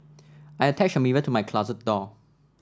I attached a mirror to my closet door